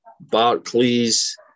Barclays